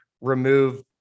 remove